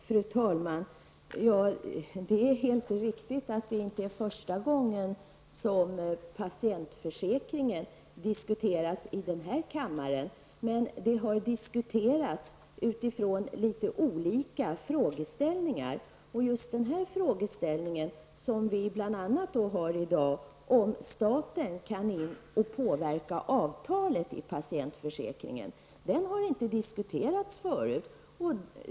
Fru talman! Det är helt riktigt att det inte är första gången som patientförsäkringen diskuteras i denna kammare. Den har emellertid diskuterats utifrån litet olika frågeställningar. Just den frågeställning som vi bl.a. diskuterar i dag, om staten kan gå in och påverka avtalet i patientförsäkringen, har inte diskuterats förut.